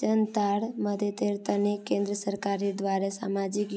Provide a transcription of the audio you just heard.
जनतार मददेर तने केंद्र सरकारेर द्वारे सामाजिक